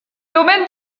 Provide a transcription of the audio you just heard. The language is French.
domaines